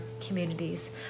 communities